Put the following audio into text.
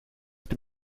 been